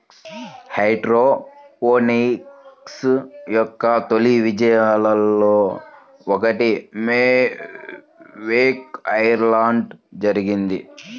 hydroponics యొక్క తొలి విజయాలలో ఒకటి వేక్ ఐలాండ్లో జరిగింది